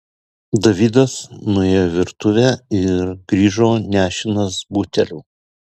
davidas nuėjo į virtuvę ir grįžo nešinas buteliu